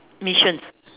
missions